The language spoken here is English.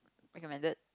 recommended